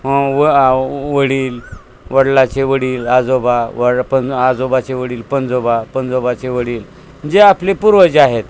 व वडील वडलाचे वडील आजोबा वड पं आजोबाचे वडील पणजोबा पणजोबाचे वडील जे आपले पूर्वज जे आहेत